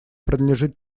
принадлежит